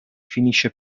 finisce